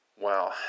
Wow